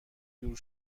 دور